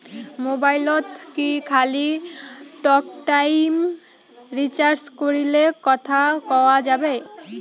মোবাইলত কি খালি টকটাইম রিচার্জ করিলে কথা কয়া যাবে?